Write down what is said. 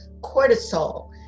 cortisol